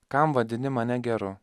kam vadini mane geru